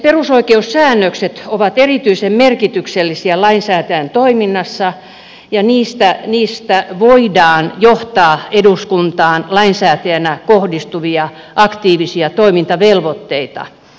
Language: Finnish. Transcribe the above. perusoikeussäännökset ovat erityisen merkityksellisiä lainsäätäjän toiminnassa ja niistä voidaan johtaa eduskuntaan lainsäätäjänä kohdistuvia aktiivisia toimintavelvoitteita